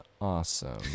awesome